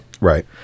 Right